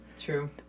True